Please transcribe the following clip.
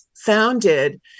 founded